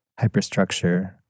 hyperstructure